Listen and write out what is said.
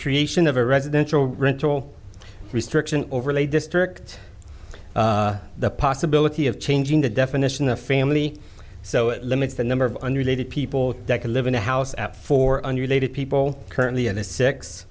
creation of a residential rental restriction overlay district the possibility of changing the definition of family so it limits the number of unrelated people that can live in a house at four unrelated people currently in the six